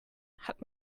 hat